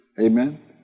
Amen